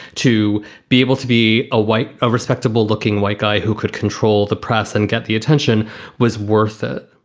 to be able to be a white, ah respectable looking white guy who could control the press and get the attention was worth it?